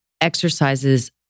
exercises